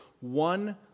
One